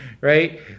right